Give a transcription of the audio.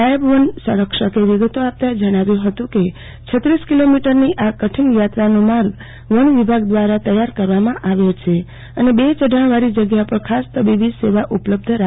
નાયબ વન સંરક્ષકએ વિગતો આપતા જણાવ્યુ હતું કે છત્રીસ કિલોમીટરની આ કઠિન યાત્રાનો માર્ગ વનિવભાગ દ્વારા તૈયાર કરવામાં આવ્યો છે અને બે યઢાણ વાળી જગ્યા ઉપર ખાસ તબીબી સેવા ઉપલબ્ધ રાખવામાં આવશે